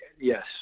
yes